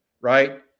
right